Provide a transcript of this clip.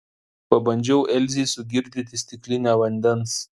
pabandžiau elzei sugirdyti stiklinę vandens